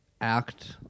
act